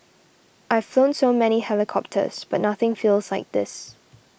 I've flown so many helicopters but nothing feels like this